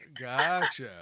Gotcha